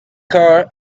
car